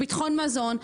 ביטחון מזון.